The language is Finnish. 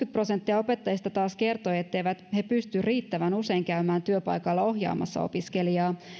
prosenttia opettajista taas kertoi etteivät he pysty riittävän usein käymään työpaikalla ohjaamassa opiskelijaa